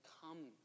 comes